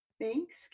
Thanks